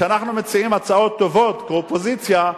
וכשאנחנו מציעים הצעות טובות, כאופוזיציה,